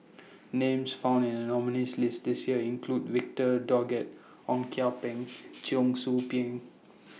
Names found in The nominees' list This Year include Victor Doggett Ong Kian Peng Cheong Soo Pieng